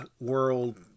world